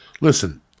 Listen